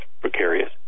precarious